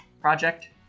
project